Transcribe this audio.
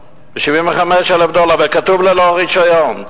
וכתוב ללא רשיון.